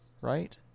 right